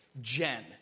Jen